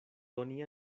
doni